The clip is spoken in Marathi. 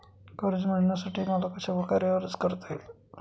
कर्ज मिळविण्यासाठी मला कशाप्रकारे अर्ज करता येईल?